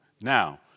now